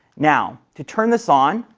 now, to turn this on,